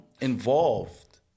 involved